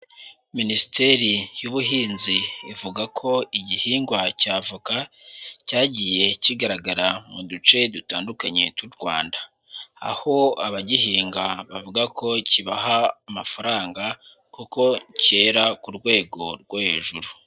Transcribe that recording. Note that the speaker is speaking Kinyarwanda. Minisiteri y'Ubuhinzi ivuga ko igihingwa cy'avoka cyagiye kigaragara mu duce dutandukanye tw'u Rwanda, aho abagihinga bavuga ko kibaha amafaranga koko cyera ku rwego rwo hejuru.